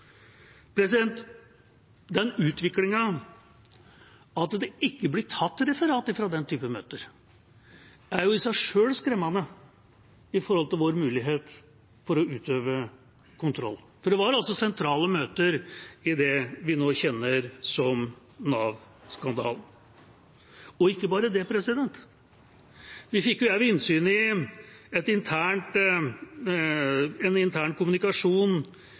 sentralt. Den utviklingen at det ikke blir tatt referat fra den typen møter, er i seg selv skremmende med tanke på vår mulighet til å utøve kontroll. For det var altså sentrale møter i det vi nå kjenner som Nav-skandalen. Og ikke bare det: Vi fikk også innsyn i en intern kommunikasjon